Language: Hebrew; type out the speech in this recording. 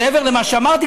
מעבר למה שאמרתי,